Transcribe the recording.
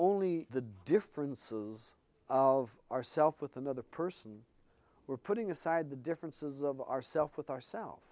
only the differences of ourself with another person we're putting aside the differences of ourself with ourselves